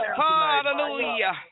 Hallelujah